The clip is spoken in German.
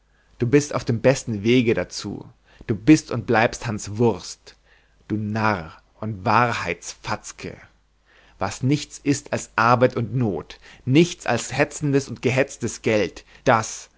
du bist auf dem besten wege dazu du bist und bleibst hanswurst du narr und wahrheitsfatzke was nichts ist als arbeit und not nichts als hetzendes und gehetztes geld das